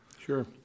sure